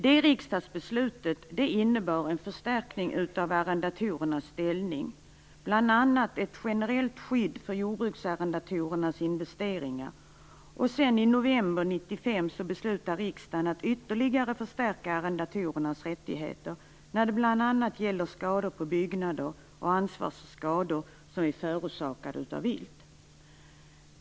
Det riksdagsbeslutet innebar en förstärkning av arrendatorernas ställning, bl.a. ett generellt skydd för jordbruksarrendatorernas investeringar. I november 1995 beslutade sedan riksdagen att ytterligare förstärka arrendatorernas rättigheter, bl.a. när det gällde skador på byggnader och ansvarsskador förorsakade av vilt.